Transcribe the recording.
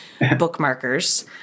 bookmarkers